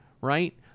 right